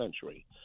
century